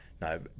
No